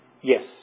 Yes